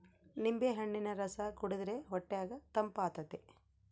ನಿಂಬೆಹಣ್ಣಿನ ರಸ ಕುಡಿರ್ದೆ ಹೊಟ್ಯಗ ತಂಪಾತತೆ